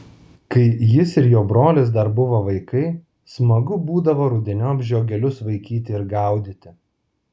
kai jis ir jo brolis dar buvo vaikai smagu būdavo rudeniop žiogelius vaikyti ir gaudyti